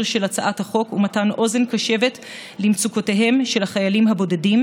של הצעת החוק ומתן אוזן קשבת למצוקותיהם של החיילים הבודדים,